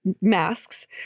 masks